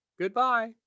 Goodbye